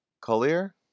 Collier